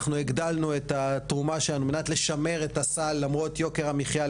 אנחנו הגדלנו את התרומה על מנת לשמר את הסל למרות יוקר המחיה,